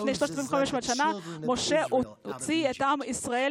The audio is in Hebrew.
לפני 3,500 שנה משה הוציא את עם ישראל